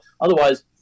Otherwise